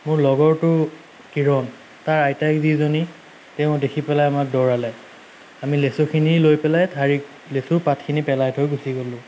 মোৰ লগৰটো কিৰণ তাৰ আইতাক যিজনী তেওঁ দেখি পেলাই আমাক দৌৰালে আমি লেচুখিনি লৈ পেলাই ঠাৰি লেচুৰ পাতখিনি পেলাই থৈ গুচি গলোঁ